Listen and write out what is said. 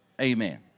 Amen